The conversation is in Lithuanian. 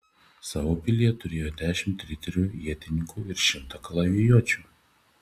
savo pilyje turėjo dešimt riterių ietininkų ir šimtą kalavijuočių